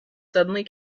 suddenly